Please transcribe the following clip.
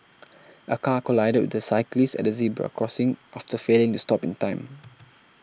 a car collided with a cyclist at a zebra crossing after failing to stop in time